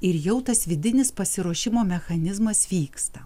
ir jau tas vidinis pasiruošimo mechanizmas vyksta